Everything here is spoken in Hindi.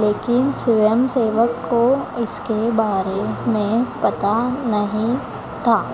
लेकिन स्वयंसेवक को इसके बारे में पता नहीं था